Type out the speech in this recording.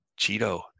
Cheeto